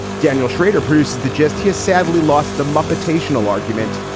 daniel schrader produces the gist. he is sadly lost the muppets rational argument,